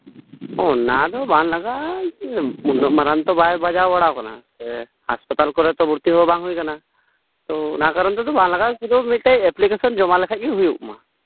ᱚᱱᱟ ᱫᱚ ᱵᱟᱝ ᱞᱟᱜᱟᱜᱼᱟ ᱞᱟᱦᱟ ᱛᱮᱫᱚ ᱵᱟᱭ ᱵᱟᱡᱟᱣ ᱵᱟᱲᱟ ᱠᱟᱱᱟ ᱥᱮ ᱦᱟᱥᱯᱟᱛᱟᱞ ᱠᱚᱨᱮᱜ ᱵᱷᱚᱨᱛᱤ ᱦᱚᱸ ᱵᱟᱝ ᱦᱩᱭ ᱠᱟᱱᱟ ᱛᱳ ᱚᱱᱟ ᱠᱟᱨᱚᱱ ᱛᱮᱫᱚ ᱵᱟᱝ ᱞᱟᱜᱟᱜᱼᱟ ᱥᱩᱫᱷᱩ ᱢᱤᱫᱴᱮᱡ ᱮᱯᱞᱤᱠᱮᱥᱚᱱ ᱡᱚᱢᱟ ᱞᱮᱠᱷᱟᱡ ᱜᱮ ᱦᱩᱭᱩᱜ ᱢᱟ